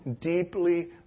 deeply